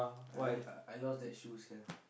I I lost that shoe sia